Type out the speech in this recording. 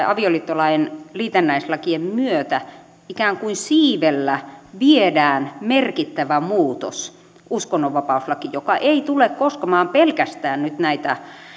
avioliittolain liitännäislakien myötä ikään kuin siivellä viedään merkittävä muutos uskonnonvapauslakiin joka ei tule koskemaan pelkästään nyt näitä